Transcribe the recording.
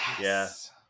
Yes